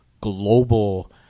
global